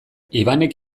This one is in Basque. ibanek